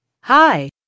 Hi